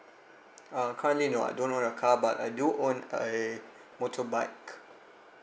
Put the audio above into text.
uh currently no I don't own a car but I do own a motorbike